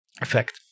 effect